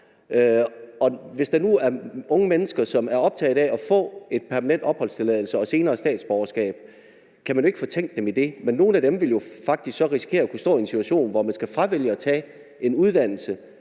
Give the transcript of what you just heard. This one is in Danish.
hvis der nu er unge mennesker, som er optagede af at få en permanent opholdstilladelse og senere et statsborgerskab, kan man jo ikke fortænke dem i det. Men nogle af dem ville jo så faktisk kunne risikere at stå i en situation, hvor de skal fravælge det at tage en uddannelse,